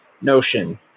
notion